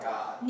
God